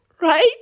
right